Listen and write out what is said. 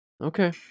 Okay